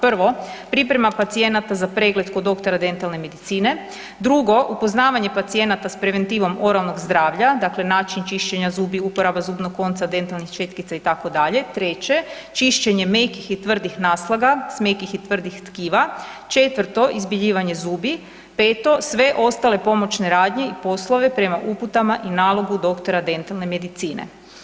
1. Priprema pacijenata za pregled kod doktora dentalne medicine, 2. Upoznavanje pacijenata s preventivom oralnog zdravlja, dakle način čišćenja zubi, uporaba dentalnog konca, dentalnih četkica itd., 3. Čišćenje mekih i tvrdih naslaga s mekih i tvrdih tkiva, 4. Izbjeljivanje zubi, 5. Sve ostale pomoćne radnje i poslove prema uputama i nalogu doktora dentalne medicine.